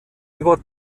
über